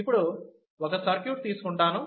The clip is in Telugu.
ఇప్పుడు ఒక సర్క్యూట్ తీసుకుంటాను